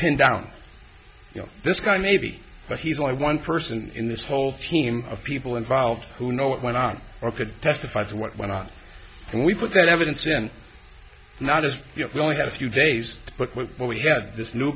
pinned down you know this guy maybe but he's only one person in this whole team of people involved who know what went on or could testify to what went on and we put that evidence in not just you know we only had a few days but with what we had this new